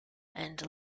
and